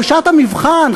בשעת המבחן,